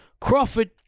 Crawford